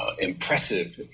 Impressive